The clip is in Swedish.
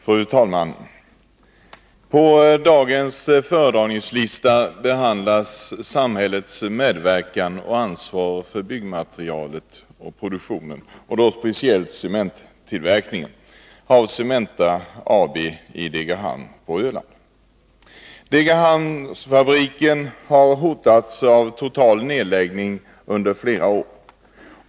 Fru talman! I interpellationen behandlas samhällets medverkan i och ansvar för byggmaterialproduktionen, och då speciellt cementtillverkningen vid Cementa AB i Degerhamn på Öland. Degerhamnsfabriken har under flera år hotats av total nedläggning.